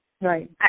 Right